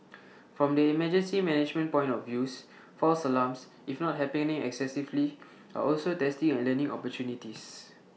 from the emergency management point of views false alarms if not happening excessively are also testing and learning opportunities